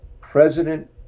President